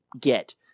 get